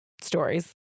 stories